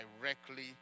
directly